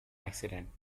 accident